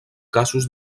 casos